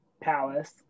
Palace